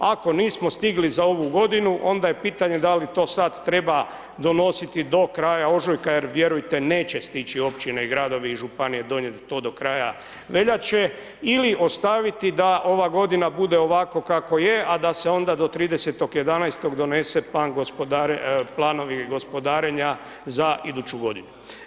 Ako nismo stigli za ovu godinu, onda je pitanje da li to sad treba donositi do kraja ožujka jer vjerujte, neće stići općine, gradovi i županije donijeti to do kraja veljače ili ostaviti da ova godine bude ovako kako je, a da se onda do 30. 11. donese planovi gospodarenja za iduću godinu.